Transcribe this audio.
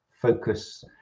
focus